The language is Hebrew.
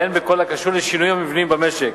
והן בכל הקשור לשינויים המבניים במשק.